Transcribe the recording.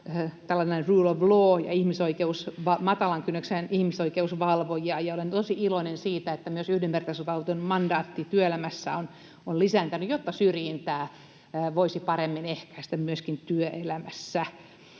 tällaisia ”rule of law” ja matalan kynnyksen ihmisoikeusvalvojia. Olen tosi iloinen siitä, että myös yhdenvertaisuusvaltuutetun mandaatti työelämässä on lisääntynyt, jotta syrjintää voisi paremmin ehkäistä myöskin työelämässä.